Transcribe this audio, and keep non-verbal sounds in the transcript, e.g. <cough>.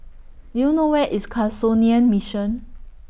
Do YOU know Where IS <unintelligible> Mission